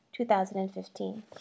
2015